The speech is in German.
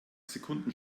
sekunden